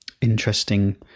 interesting